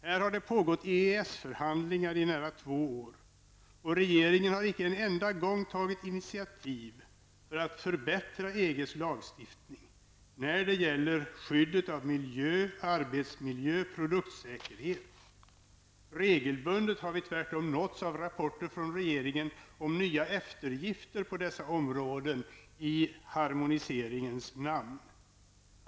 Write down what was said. Här har det pågått EES-förhandlingar i nära två år och regeringen har inte en enda gång tagit initiativ för att förbättra EGs lagstiftning när det gäller skyddet av miljö, arbetsmiljö och produktsäkerhet. Tvärtom har vi regelbundet nåtts av rapporter från regeringen om nya eftergifter på dessa områden i harmoniseringens namn.